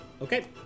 Okay